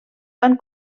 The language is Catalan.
van